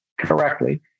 correctly